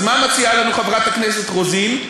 אז מה מציעה לנו חברת הכנסת רוזין?